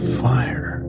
fire